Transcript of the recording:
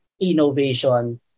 innovation